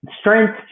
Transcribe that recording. strength